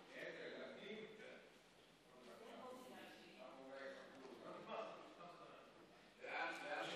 הממשלה מציעה להעביר את